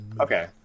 Okay